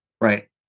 Right